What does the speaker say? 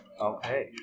Okay